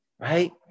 Right